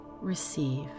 receive